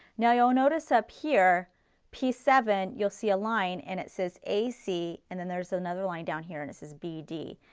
now you'll notice up here piece seven you'll see a line and it says ac and then there's another line down here that says bd.